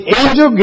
angel